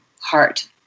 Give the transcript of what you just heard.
heart